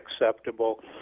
acceptable